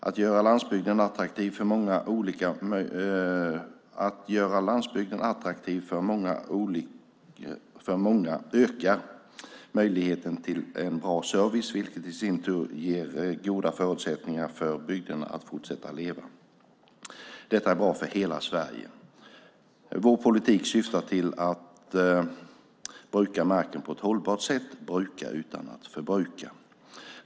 Att göra landsbygden attraktiv för många ökar möjligheten till en bra service, vilket i sin tur ger goda förutsättningar för bygderna att fortsätta leva. Detta är bra för hela Sverige. Vår politik syftar till att bruka marken på ett hållbart sätt, bruka utan att förbruka.